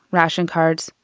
ration cards,